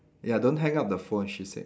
ya don't hang up the phone she said